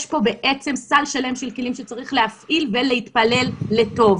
יש פה בעצם סל שלם של כלים שצריך להפעיל ולהתפלל לטוב.